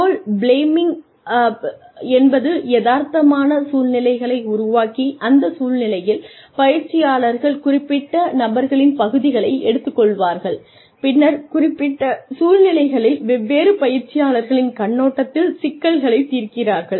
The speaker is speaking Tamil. ரோல் பிளேமிங் என்பது யதார்த்தமான சூழ்நிலைகளை உருவாக்கி அந்த சூழ்நிலையில் பயிற்சியாளர்கள் குறிப்பிட்ட நபர்களின் பகுதிகளை எடுத்துக்கொள்வார்கள் பின்னர் குறிப்பிட்ட சூழ்நிலைகளில் வெவ்வேறு பயிற்சியாளர்களின் கண்ணோட்டத்தில் சிக்கல்களை தீர்க்கிறார்கள்